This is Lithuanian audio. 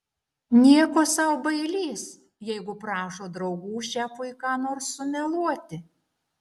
nieko sau bailys jeigu prašo draugų šefui ką nors sumeluoti